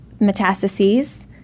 metastases